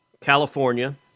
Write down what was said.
California